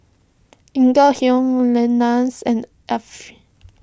Lenas and